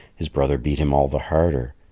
his brother beat him all the harder,